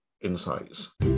insights